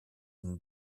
est